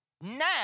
now